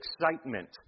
excitement